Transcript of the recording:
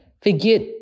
forget